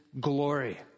glory